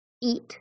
eat